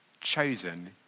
chosen